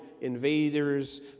invaders